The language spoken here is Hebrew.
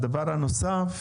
מישהו